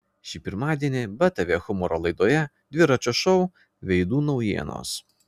šį pirmadienį btv humoro laidoje dviračio šou veidų naujienos